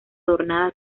adornada